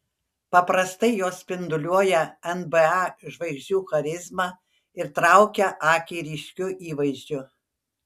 paprastai jos spinduliuoja nba žvaigždžių charizma ir traukia akį ryškiu įvaizdžiu